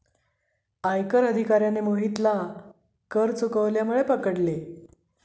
आयकर अधिकाऱ्याने मोहितला कर चुकवल्यामुळे पकडले